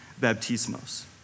baptismos